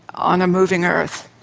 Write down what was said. on a moving earth.